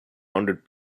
hundred